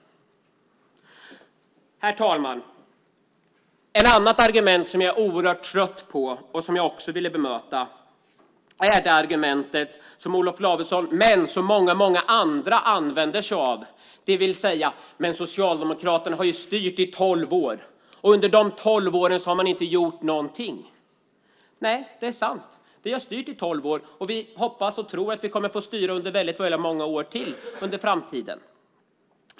Herr talman! Ett annat argument som jag är oerhört trött på och som jag också vill bemöta är det argument som Olof Lavesson och även många andra använder sig av, det vill säga: Men Socialdemokraterna har ju styrt i tolv år, och under dessa tolv år har man inte gjort någonting. Det är sant att vi har styrt i tolv år, och vi hoppas och tror att vi kommer att få styra under väldigt många år till i framtiden.